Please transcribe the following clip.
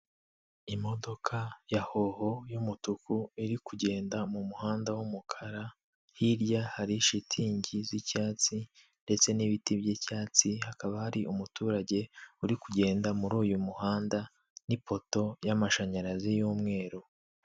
Imodoka ya hoho y'umutuku iri kugenda mu umuhanda w'umukara hirya hari shitingi z'icyatsi ndetse n'ibiti by'icyatsi hakaba hari umuturage uri kugenda muri uyu muhanda nipoto y'amashanyarazi y'umweru